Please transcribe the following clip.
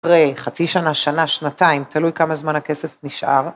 אחרי חצי שנה, שנה, שנתיים, תלוי כמה זמן הכסף נשאר.